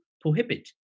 prohibit